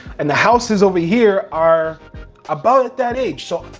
and the houses over here are about that age. so,